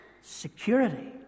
security